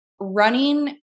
running